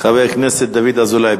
חבר הכנסת דוד אזולאי,